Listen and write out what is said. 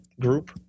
group